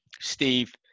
Steve